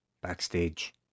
backstage